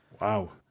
Wow